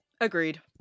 Agreed